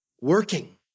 working